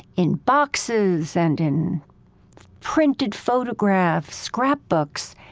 in boxes and in printed photographs, scrapbooks